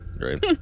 right